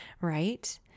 right